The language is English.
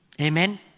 Amen